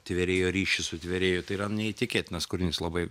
tvėrėjo ryšį sutvėrėjo tai yra neįtikėtinas kūrinys labai